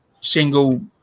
single